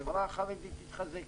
החברה החרדית תתחזק,